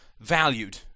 valued